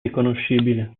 riconoscibile